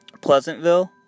Pleasantville